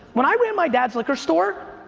when i ran my dad's liquor store,